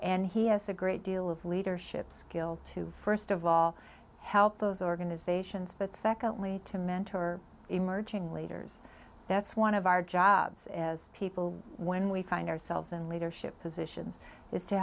and he has a great deal of leadership skills who first of all help those organizations but secondly to mentor emerging leaders that's one of our jobs as people when we find ourselves in leadership positions is to